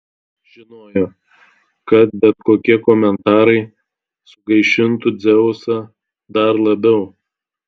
žinojo kad bet kokie komentarai sugaišintų dzeusą dar labiau